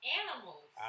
animals